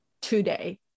today